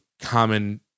common